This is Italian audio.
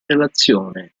relazione